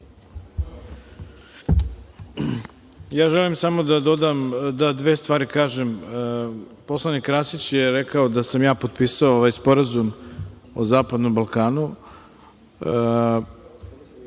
Želim samo da dodam, dve stvari kažem. Poslanik Krasić je rekao da sam ja potpisao ovaj Sporazum o zapadnom Balkanu.